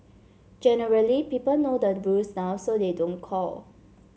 generally people know the rules now so they don't call